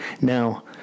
now